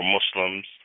Muslims